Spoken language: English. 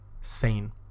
sane